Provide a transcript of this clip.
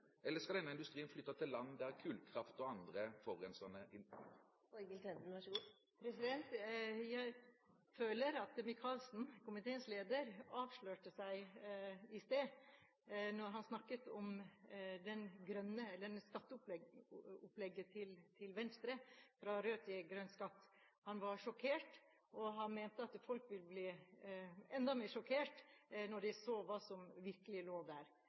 eller skal denne industrien flytte til land der kullkraft og andre forurensende … Jeg føler at Micaelsen, komiteens leder, avslørte seg i sted da han snakket om skatteopplegget til Venstre – fra rød til grønn skatt. Han var sjokkert, og han mente at folk ville bli enda mer sjokkert når de så hva som virkelig lå der. Venstre er